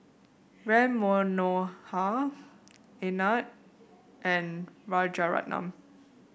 Ram Manohar Anand and Rajaratnam